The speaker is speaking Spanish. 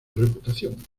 reputación